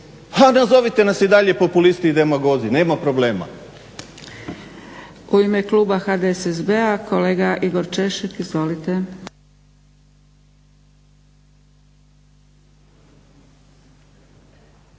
Nazovite nas i dalje populisti i demagozi, nema problema.